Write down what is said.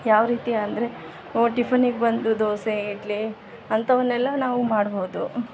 ಯಾವರೀತಿ ಅಂದರೆ ಟಿಫನ್ನಿಗೆ ಬಂದು ದೋಸೆ ಇಡ್ಲಿ ಅಂಥವನ್ನೆಲ್ಲ ನಾವು ಮಾಡ್ಬೌದು